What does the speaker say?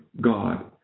God